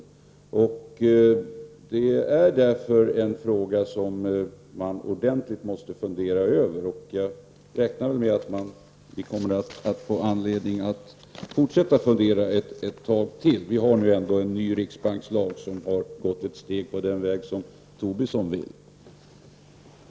Detta är därför en fråga som man ordentligt måste fundera över. Jag räknar med att vi kommer att få anledning att fortsätta fundera ett tag till. Vi har nu ändå en ny riksbankslag som innebär ett steg på den väg som Lars Tobisson vill gå.